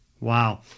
wow